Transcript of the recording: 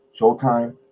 showtime